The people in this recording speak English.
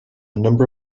number